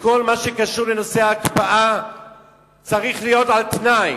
כל מה שקשור לנושא ההקפאה צריך להיות על תנאי.